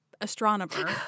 Astronomer